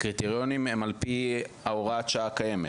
הקריטריונים הם על פי הוראת השעה הקיימת,